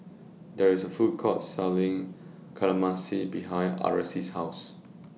There IS A Food Court Selling Kamameshi behind Arlis' House